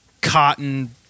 cotton